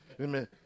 Amen